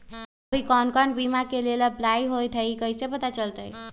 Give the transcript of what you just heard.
अभी कौन कौन बीमा के लेल अपलाइ होईत हई ई कईसे पता चलतई?